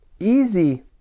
easy